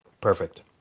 Perfect